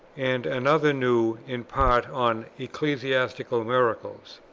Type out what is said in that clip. and another, new in part, on ecclesiastical miracles.